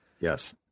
Yes